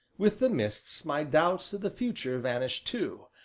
with the mists my doubts of the future vanished too,